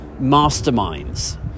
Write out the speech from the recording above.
masterminds